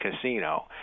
Casino